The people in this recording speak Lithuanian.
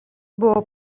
buvo